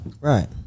Right